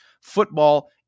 Football